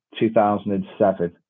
2007